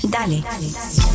Dale